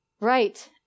right